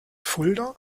fulda